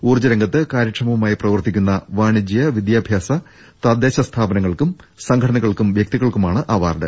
ഊർജർഠഗത്ത് കാര്യക്ഷമമായി പ്രവർത്തിക്കുന്ന വാണിജ്യ വിദ്യാഭ്യാസ തദ്ദേശ സ്ഥാപന ങ്ങൾക്കും സംഘടനകൾക്കും വ്യക്തികൾക്കു മാണ് അവാർഡ്